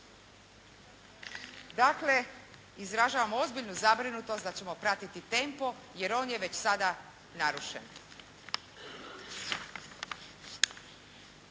Dakle, izražavam ozbiljnu zabrinutost da ćemo pratiti tempo jer on je već sada narušen.